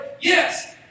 Yes